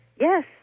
Yes